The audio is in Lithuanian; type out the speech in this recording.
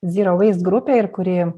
zyrauvaist grupė ir kuri